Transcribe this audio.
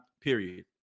period